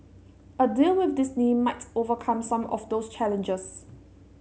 a deal with Disney might overcome some of those challenges